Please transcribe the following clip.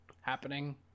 happening